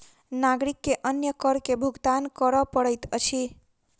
नागरिक के अन्य कर के भुगतान कर पड़ैत अछि